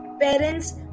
parents